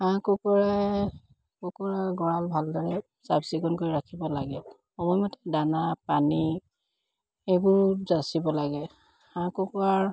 হাঁহ কুকুৰাই কুকুৰাৰ গঁৰাল ভালদৰে চাফ চিকুণ কৰি ৰাখিব লাগে সময়মতে দানা পানী সেইবোৰ জাচিব লাগে হাঁহ কুকুৰাৰ